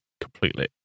completely